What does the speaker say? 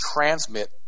transmit